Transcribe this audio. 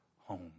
home